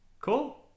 cool